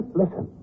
listen